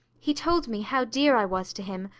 he told me how dear i was to him,